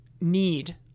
need